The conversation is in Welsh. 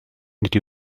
nid